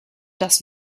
das